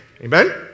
Amen